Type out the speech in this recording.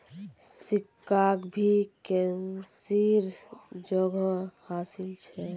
सिक्काक भी करेंसीर जोगोह हासिल छ